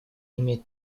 имеет